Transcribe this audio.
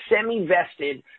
semi-vested